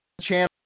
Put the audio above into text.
channel